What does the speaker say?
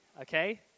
Okay